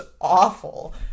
awful